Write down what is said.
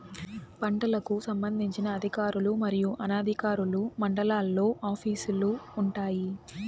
పంటలకు సంబంధించిన అధికారులు మరియు అనధికారులు మండలాల్లో ఆఫీస్ లు వుంటాయి?